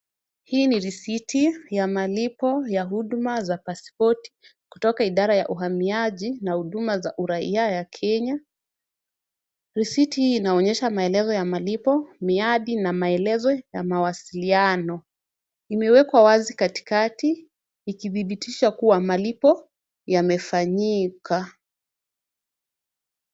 Hii ni risiti ya malipo ya huduma za pasipoti, kutoka idara ya uhamiaji na huduma za uraia ya Kenya. Risiti hii inaonyesha maelezo ya malipo, miadi na maelezo ya mawasiliano. Imewekwa wazi katikati, ikidhibitisha kuwa malipo yamefanyika.